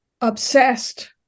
obsessed